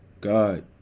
God